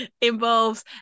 involves